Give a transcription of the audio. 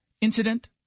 incident